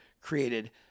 created